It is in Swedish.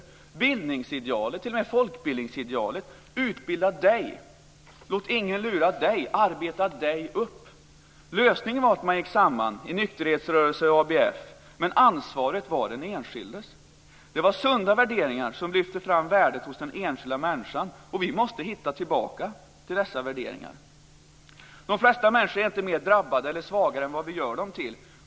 Det var bildningsidealet, t.o.m. folkbildningsidealet: Utbilda dig! Låt ingen lura dig! Arbeta dig upp! Lösningen var att man gick samman i nykterhetsrörelse och ABF. Men ansvaret var den enskildes. Det var sunda värderingar som lyfte fram värdet hos den enskilda människan. Vi måste hitta tillbaka till dessa värderingar. De flesta människor är inte mer drabbade eller svaga än vad vi gör dem till.